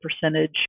percentage